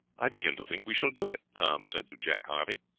i begin to think we shall do it, tom said to jack harvey,